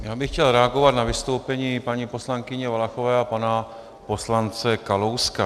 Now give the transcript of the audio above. Já bych chtěl reagovat na vystoupení paní poslankyně Valachové a pana poslance Kalouska.